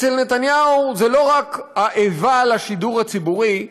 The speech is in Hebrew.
אצל נתניהו זה לא רק האיבה לשידור הציבורי,